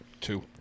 Two